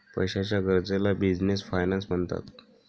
पैशाच्या गरजेला business finance म्हणतात